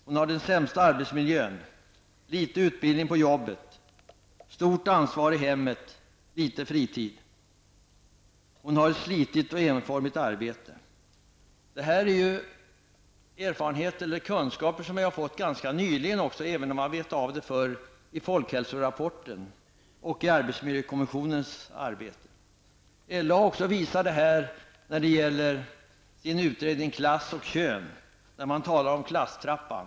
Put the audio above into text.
Hon har den sämsta arbetsmiljön, får liten utbildning på jobbet, har stort ansvar i hemmet och har litet fritid. Hon har ett slitigt och enformigt arbete. Detta är kunskaper som vi har fått ganska nyligen i folkhälsorapporten och genom arbetsmiljökommissionens arbete, även om vi har vetat om detta tidigare. LO har också visat detta genom sin utredning Klass och kön, där man talar om klasstrappan.